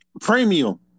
Premium